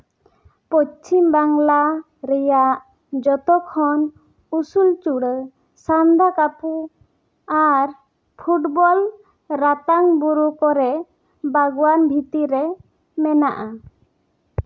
ᱯᱚᱥᱪᱷᱤᱢ ᱵᱟᱝᱞᱟ ᱨᱮᱭᱟᱜ ᱡᱚᱛᱚ ᱠᱷᱚᱱ ᱩᱥᱩᱞ ᱪᱩᱲᱟᱹ ᱥᱟᱱᱫᱟᱠᱟᱯᱷᱩ ᱟᱨ ᱯᱷᱩᱴᱵᱚᱞ ᱨᱟᱛᱟᱝ ᱵᱩᱨᱩ ᱠᱚᱨᱮᱜ ᱵᱟᱜᱽᱣᱟᱱ ᱵᱷᱤᱛᱨᱤᱨᱮ ᱢᱮᱱᱟᱜᱼᱟ